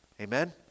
Amen